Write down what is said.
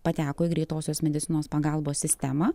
pateko į greitosios medicinos pagalbos sistemą